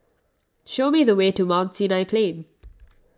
show me the way to Mount Sinai Plain